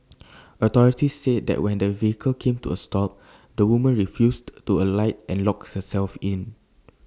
authorities said that when the vehicle came to A stop the woman refused to alight and locked herself in